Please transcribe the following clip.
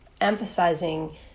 emphasizing